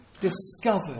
discovered